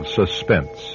suspense